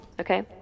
Okay